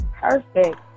Perfect